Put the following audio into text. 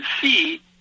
see